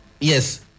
yes